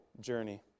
journey